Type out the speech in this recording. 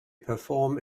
perform